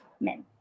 men